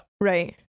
Right